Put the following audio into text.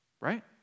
right